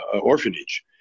orphanage